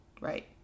Right